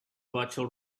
virtual